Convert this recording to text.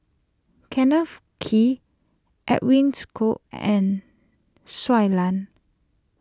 Kenneth Kee Edwin's Koek and Shui Lan